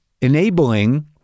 enabling